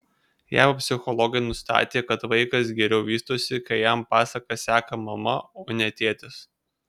jav psichologai nustatė kad vaikas geriau vystosi kai jam pasakas seka mama o ne tėtis